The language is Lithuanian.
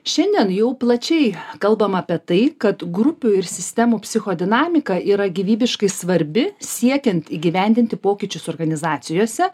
šiandien jau plačiai kalbama apie tai kad grupių ir sistemų psichodinamika yra gyvybiškai svarbi siekiant įgyvendinti pokyčius organizacijose